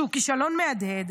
שהוא כישלון מהדהד,